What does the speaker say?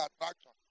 attraction